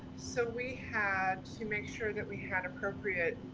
so we had to make sure that we had appropriate